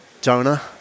Jonah